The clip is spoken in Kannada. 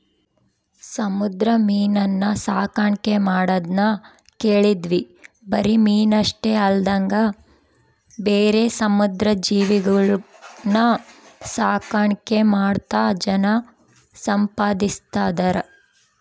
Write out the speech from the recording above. ಸಮುದ್ರ ಮೀನುನ್ನ ಸಾಕಣ್ಕೆ ಮಾಡದ್ನ ಕೇಳಿದ್ವಿ ಬರಿ ಮೀನಷ್ಟೆ ಅಲ್ದಂಗ ಬೇರೆ ಸಮುದ್ರ ಜೀವಿಗುಳ್ನ ಸಾಕಾಣಿಕೆ ಮಾಡ್ತಾ ಜನ ಸಂಪಾದಿಸ್ತದರ